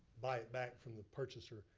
buy it back from the purchaser.